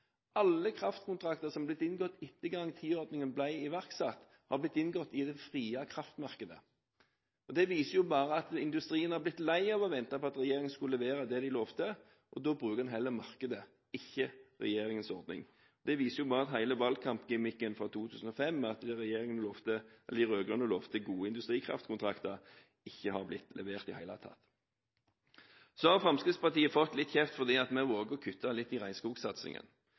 Alle kraftkontrakter som er inngått etter at garantiordningen ble iverksatt, er inngått i det frie kraftmarkedet. Det viser at industrien er blitt lei av å vente på at regjeringen skulle levere det de lovet. Da bruker en heller markedet, ikke regjeringens ordning. Det viser at hele valgkampgimmiken fra 2005, der de rød-grønne lovet gode industrikraftkontrakter, ikke i det hele tatt er blitt innfridd. Så har Fremskrittspartiet fått litt kjeft fordi vi våger å kutte i